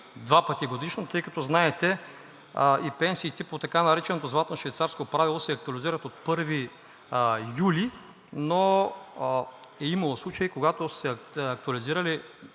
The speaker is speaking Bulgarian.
два пъти годишно. Знаете, и пенсиите по така нареченото златно швейцарско правило се актуализират от 1 юли, но е имало случаи, когато са се актуализирали